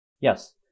Yes